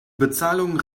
bezahlung